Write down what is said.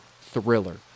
thriller